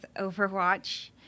Overwatch